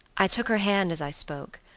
i took her hand as i spoke.